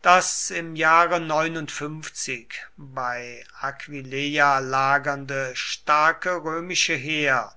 das im jahre bei aquileia lagernde starke römische heer